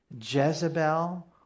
Jezebel